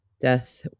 death